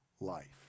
life